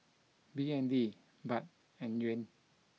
B N D baht and yuan